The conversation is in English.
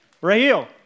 Raheel